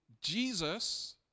Jesus